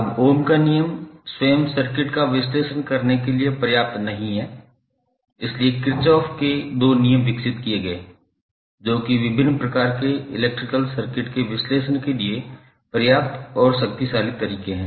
अब ओम का नियम स्वयं सर्किट का विश्लेषण करने के लिए पर्याप्त नहीं है इसलिए किरचॉफ के दो नियम विकसित किए गए जो कि विभिन्न प्रकार के इलेक्ट्रिकल सर्किट के विश्लेषण के लिए पर्याप्त और शक्तिशाली तरीके हैं